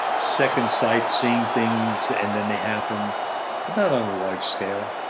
second sight, seeing things, and then they happen not on a large scale.